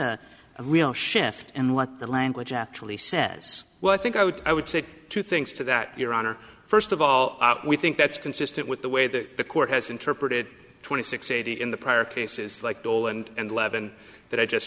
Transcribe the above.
a real shift and what the language actually says well i think i would i would say two things to that your honor first of all we think that's consistent with the way that the court has interpreted twenty six eighty in the prior cases like dole and levon that i just